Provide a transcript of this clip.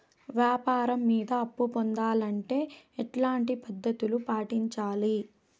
వ్యాపారం మీద అప్పు పొందాలంటే ఎట్లాంటి పద్ధతులు పాటించాలి?